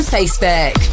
Facebook